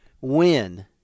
win